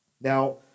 Now